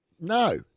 No